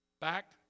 back